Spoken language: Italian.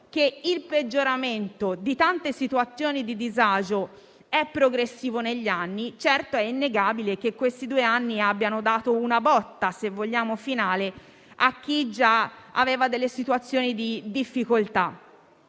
che il peggioramento di tante situazioni di disagio è progressivo negli anni, anche se certamente è innegabile che questi due anni abbiano dato un colpo finale a chi già viveva situazioni di difficoltà.